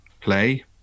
play